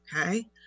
Okay